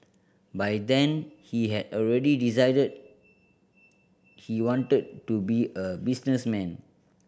by then he had already decided he wanted to be a businessman